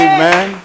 Amen